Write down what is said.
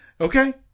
Okay